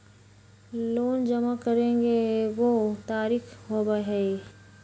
Loan जमा करेंगे एगो तारीक होबहई?